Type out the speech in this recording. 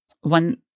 one –